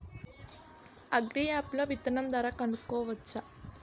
Agri app లో విత్తనం ధర కనుకోవచ్చా?